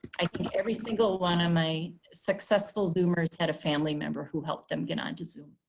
i think every single one of my successful zoomers had a family member who helped them get onto zoom.